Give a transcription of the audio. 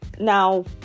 Now